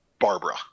Barbara